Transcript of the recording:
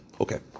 Okay